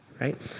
right